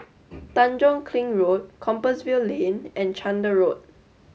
Tanjong Kling Road Compassvale Lane and Chander Road